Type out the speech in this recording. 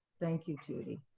thank you, judy.